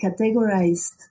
categorized